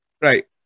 Right